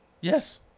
Yes